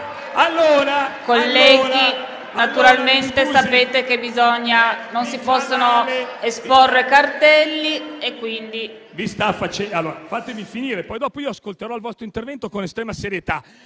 Colleghi, naturalmente sapete che non si possono esporre cartelli.